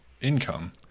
income